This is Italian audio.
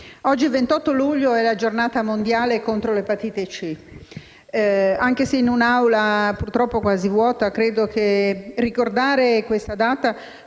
oggi, 28 luglio, è la giornata mondiale contro l'epatite C. Anche se in un'Aula purtroppo quasi vuota, credo che ricordare questa data